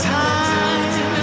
time